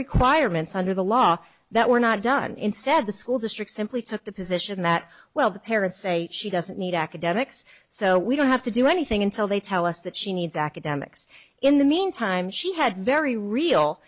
requirements under the law that were not done instead the school district simply took the position that well the parents say she doesn't need academics so we don't have to do anything until they tell us that she needs academics in the meantime she had very real